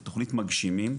זו תוכנית מגשימים,